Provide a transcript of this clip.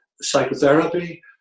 psychotherapy